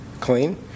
clean